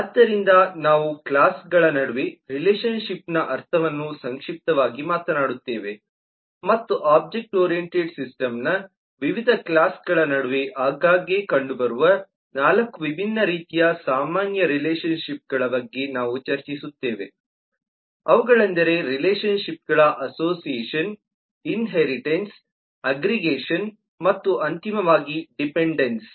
ಆದ್ದರಿಂದ ನಾವು ಕ್ಲಾಸ್ಗಳ ನಡುವಿನ ರಿಲೇಶನ್ ಶಿಪ್ನ ಅರ್ಥವನ್ನು ಸಂಕ್ಷಿಪ್ತವಾಗಿ ಮಾತನಾಡುತ್ತೇವೆ ಮತ್ತು ಒಬ್ಜೆಕ್ಟ್ ಓರಿಯಂಟೆಡ್ ಸಿಸ್ಟಮ್ನ ವಿವಿಧ ಕ್ಲಾಸ್ಗಳ ನಡುವೆ ಆಗಾಗ್ಗೆ ಕಂಡುಬರುವ 4 ವಿಭಿನ್ನ ರೀತಿಯ ಸಾಮಾನ್ಯ ರಿಲೇಶನ್ ಶಿಪ್ಗಳ ಬಗ್ಗೆ ನಾವು ಚರ್ಚಿಸುತ್ತೇವೆ ಅವುಗಳೆಂದರೆ ರಿಲೇಶನ್ ಶಿಪ್ಗಳ ಅಸೋಸಿಯೇಷನ್ ಇನ್ಹೇರಿಟನ್ಸ್ ಅಗ್ಗ್ರಿಗೇಷನ್ ಮತ್ತು ಅಂತಿಮವಾಗಿ ಡಿಫೆನ್ಡೆನ್ಸಿ